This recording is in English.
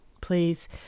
Please